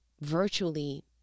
virtually